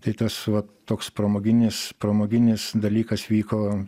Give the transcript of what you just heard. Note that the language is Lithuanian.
tai tas va toks pramoginis pramoginis dalykas vyko